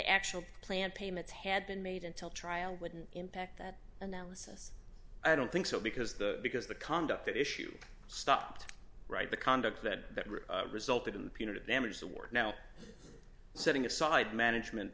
actual plan payments had been made until trial wouldn't impact that analysis i don't think so because the because the conduct that issue stopped right the conduct that resulted in the punitive damage award now setting aside management